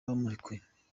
bamurekuye